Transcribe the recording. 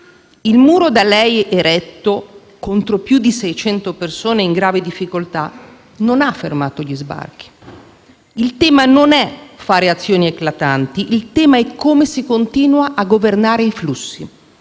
Il muro da lei eretto contro più di 600 persone in grave difficoltà non ha fermato gli sbarchi. Il tema non è quello di fare azioni eclatanti, bensì come si continua a governare i flussi.